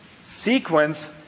sequence